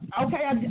okay